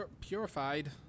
purified